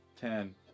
Ten